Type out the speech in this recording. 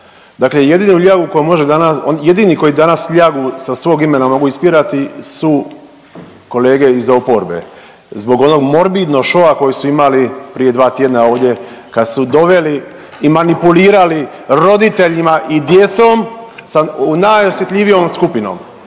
danas jedini koji danas ljagu sa svog imena mogu ispirati su kolege iz oporbe zbog onog morbidnog šoa koji su imali prije dva tjedna ovdje kad su doveli i manipulirali roditeljima i djecom u najosjetljivijom skupinom.